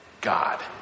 God